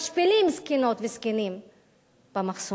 משפילים זקנות וזקנים במחסומים.